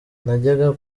najyaga